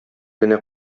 генә